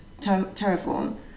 Terraform